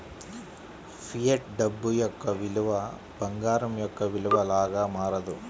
fiat డబ్బు యొక్క విలువ బంగారం యొక్క విలువ లాగా మారదు